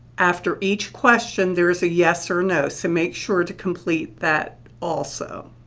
after each question, there is a yes or no, so make sure to complete that also.